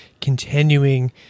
continuing